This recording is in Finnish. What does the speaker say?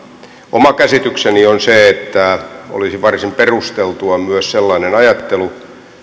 oma käsitykseni on se että olisi varsin perusteltua myös sellainen ajattelu